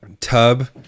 Tub